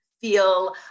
feel